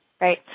right